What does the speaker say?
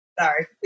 sorry